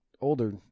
older